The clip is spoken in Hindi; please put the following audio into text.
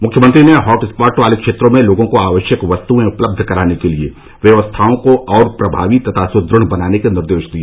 मुख्यमंत्री ने हॉट स्पॉट वाले क्षेत्रों में लोगों को आवश्यक वस्तुएं उपलब्ध कराने के लिये व्यवस्थाओं को और प्रभावी तथा सुद्रढ़ बनाने के निर्देश दिए